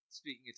speaking